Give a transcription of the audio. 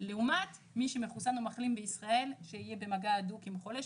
לעומת מי שמחוסן או מחלים בישראל שיהיה במגע הדוק עם חולה,